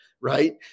right